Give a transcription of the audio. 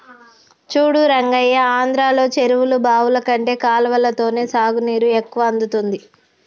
చూడు రంగయ్య ఆంధ్రలో చెరువులు బావులు కంటే కాలవలతోనే సాగునీరు ఎక్కువ అందుతుంది